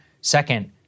Second